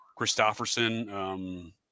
Christofferson